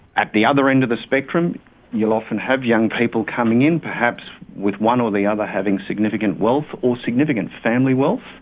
at the other end of the spectrum you'll often have young people coming in, perhaps with one or the other having significant wealth or significant family wealth,